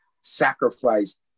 sacrifice